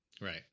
right